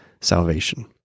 salvation